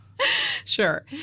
Sure